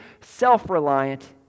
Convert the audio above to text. self-reliant